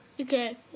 Okay